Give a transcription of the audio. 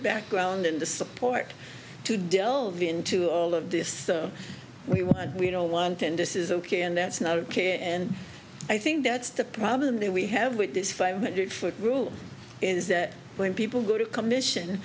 background and the support to delve into all of this we will we don't want and this is ok and that's not ok and i think that's the problem that we have with this five hundred foot rule is that when people go to the commission